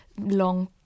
long